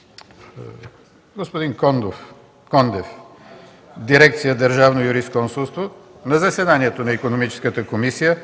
специализираната дирекция „Държавно юрисконсулство”, господин Кондов на заседанието на Икономическата комисия